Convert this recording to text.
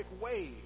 wave